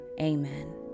amen